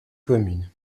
commune